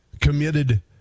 committed